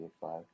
five